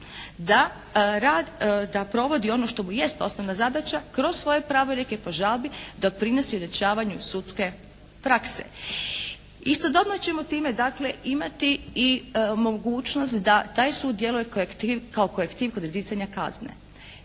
sudu da provodi ono što mu jest osnovna zadaća kroz svoje pravorijeke po žalbi doprinosi ujednačavanju sudske prakse. Istodobno ćemo time dakle imati i mogućnost da taj sud djeluje kao …/Govornik se ne